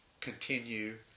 continue